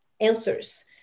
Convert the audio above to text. answers